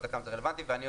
שוב,